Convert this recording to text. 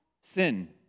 Sin